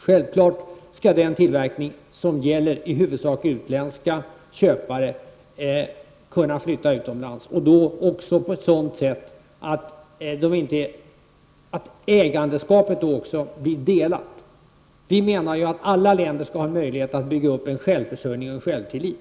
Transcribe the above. Självfallet skall den tillverkning som i huvudsak är avsedd för utländska köpare kunna flytta utomlands under förutsättning att ägandeskapet blir delat. Alla länder skall ha möjlighet att bygga upp en självförsörjning och en självtillit.